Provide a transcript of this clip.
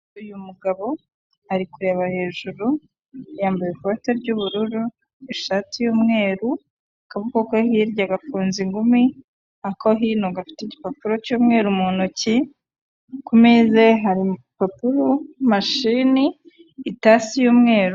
Uyu mugabo ari kureba hejuru yambaye ikote ry'ubururu, ishati y'umweru, akaboko ko hirya gafunze ingumi, ako hino gafite igipapuro cy'umweru mu ntoki, ku meza ye hari impapuro, mashini, itasi y'umweru.